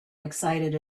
excited